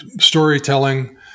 storytelling